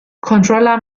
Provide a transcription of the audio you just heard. کنترلم